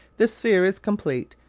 the sphere is complete,